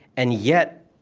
and yet,